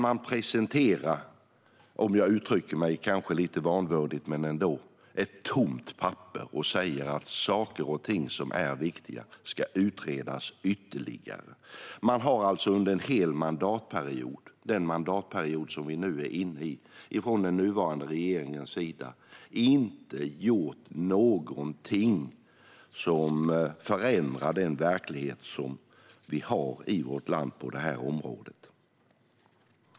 Man presenterar - jag uttrycker mig kanske lite vanvördigt, men ändå - ett tomt papper och säger att saker och ting som är viktiga ska utredas ytterligare. Den nuvarande regeringen har alltså under en hel mandatperiod, den som vi nu är inne i, inte gjort någonting som förändrar den verklighet vi har i vårt land på det här området.